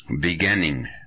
beginning